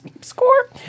Score